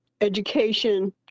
education